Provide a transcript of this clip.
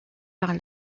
par